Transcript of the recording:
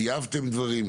טייבתם דברים?